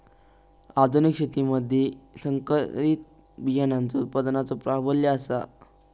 आधुनिक शेतीमधि संकरित बियाणांचो उत्पादनाचो प्राबल्य आसा